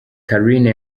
carine